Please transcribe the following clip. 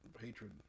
hatred